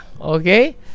okay